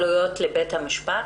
עלויות לבית המשפט?